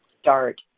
start